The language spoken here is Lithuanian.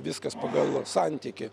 viskas pagal santykį